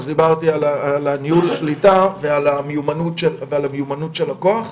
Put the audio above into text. דיברתי על ניהול שליטה ועל המיומנות של הכוח,